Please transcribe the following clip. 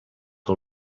del